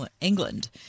England